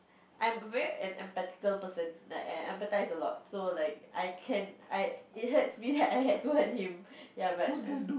I'm very emphatically person like I empathize a lot so like I can I it hurts it hurts I had to hurt him ya but